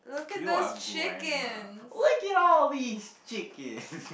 you are grandma look at all these chickens